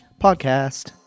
Podcast